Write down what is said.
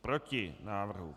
Proti návrhu.